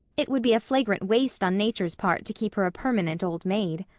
it would be a flagrant waste on nature's part to keep her a permanent old maid.